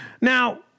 Now